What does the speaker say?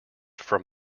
from